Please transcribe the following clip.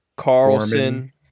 Carlson